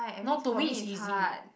no to me it's easy